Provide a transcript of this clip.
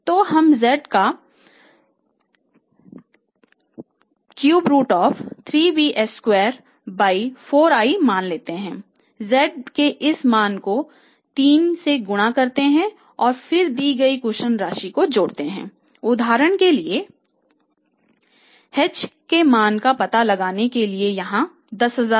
तो हम z का मान लेते हैं z के इस मान को 3 से गुणा करते हैं और फिर दी गई कुशन राशि को जोड़ते हैं उदाहरण के लिए h के मान का पता लगाने के लिए यहाँ Rs10000